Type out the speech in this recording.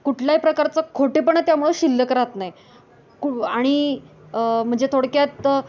कुठल्याही प्रकारचं खोटेपणा त्यामुळे शिल्लक राहत नाही कु आणि म्हणजे थोडक्यात